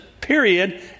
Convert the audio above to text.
period